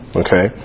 okay